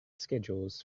schedules